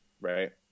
right